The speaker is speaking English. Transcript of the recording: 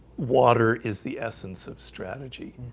water is the essence of strategy